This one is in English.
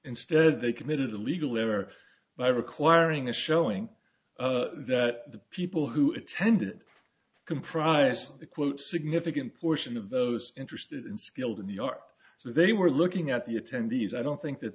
instead they committed a legal error by requiring a showing that the people who attended comprised the quote significant portion of those interested in skilled in new york so they were looking at the attendees i don't think that